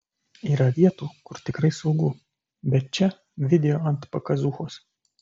yra vietų kur tikrai saugu bet čia video ant pakazuchos